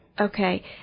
Okay